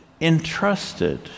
entrusted